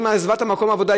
האימא עזבה את מקום העבודה,